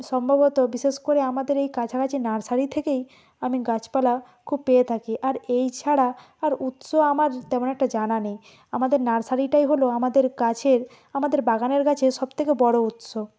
সম্ভবত বিশেষ করে আমাদের এই কাছাকাছি নার্সারি থেকেই আমি গাছপালা খুব পেয়ে থাকি আর এই ছাড়া আর উৎস আমার তেমন একটা জানা নেই আমাদের নার্সারিটাই হলো আমাদের গাছের আমাদের বাগানের গাছের সবথেকে বড়ো উৎস